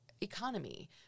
economy